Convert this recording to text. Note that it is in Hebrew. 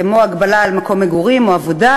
כמו הגבלה על מקום מגורים או עבודה,